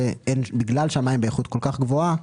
בגלל שהמים באיכות כל כך גבוהה,